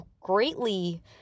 GREATLY